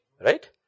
Right